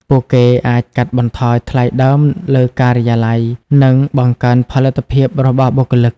ពួកគេអាចកាត់បន្ថយថ្លៃដើមលើការិយាល័យ និងបង្កើនផលិតភាពរបស់បុគ្គលិក។